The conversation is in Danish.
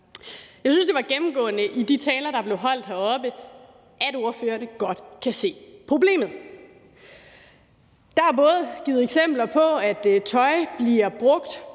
Jeg synes, det var gennemgående i de taler, der blev holdt heroppe, at ordførerne godt kan se problemet. Der er givet eksempler på, at tøj bliver brugt